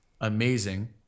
amazing